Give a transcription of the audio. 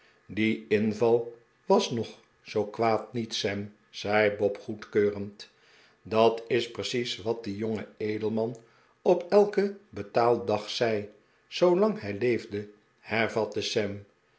die inval was nog zoo kwaad niet sam zei bob goedkeurend dat is precies wat die jonge edelman op elken betaaldag zei zoolang hij leefde hervatte